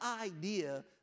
idea